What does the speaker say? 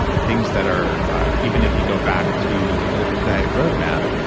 things that are even if you go back to the bulletproof diet roadmap,